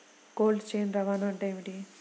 Cold chain రవాణా అంటే ఏమిటీ?